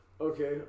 Okay